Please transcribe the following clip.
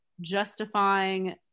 justifying